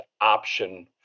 option